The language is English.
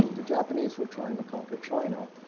the japanese were trying to conquer china,